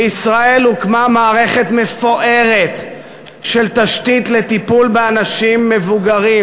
בישראל הוקמה מערכת מפוארת של תשתית לטיפול באנשים מבוגרים,